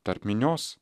tarp minios